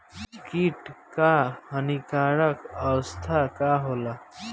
कीट क हानिकारक अवस्था का होला?